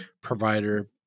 provider